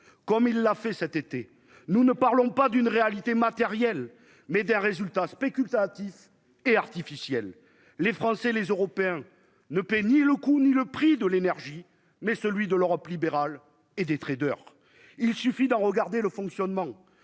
comme il l'a fait cet été, nous ne parlons pas d'une réalité matérielle, mais d'un résultat spécule Athis et artificiel, les Français, les Européens ne paient ni le coût ni le prix de l'énergie, mais celui de l'Europe libérale et des traders, il suffit de regarder le fonctionnement,